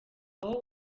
aho